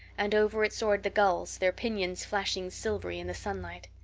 and over it soared the gulls, their pinions flashing silvery in the sunlight.